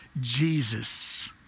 Jesus